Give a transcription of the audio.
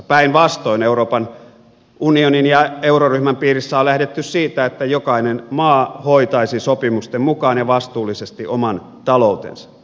päinvastoin euroopan unionin ja euroryhmän piirissä on lähdetty siitä että jokainen maa hoitaisi sopimusten mukaan ja vastuullisesti oman taloutensa